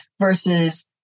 versus